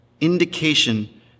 indication